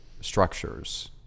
structures